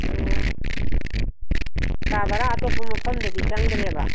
ꯑꯣ ꯀꯥ ꯚꯔꯥ ꯑꯇꯣꯞꯄ ꯃꯐꯝꯗꯗꯤ ꯆꯪꯗ꯭ꯔꯦꯕ